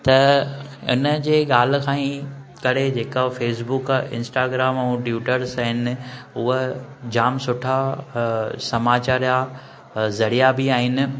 त हिन जे ॻाल्हि खां ई करे जेका फेसबूक आहे इंस्टाग्राम ऐं ट्यूटर्स आहिनि हूअ जाम सुठा समाचार जा ज़रिया बि आहिनि